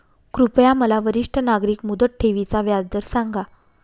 कृपया मला वरिष्ठ नागरिक मुदत ठेवी चा व्याजदर सांगा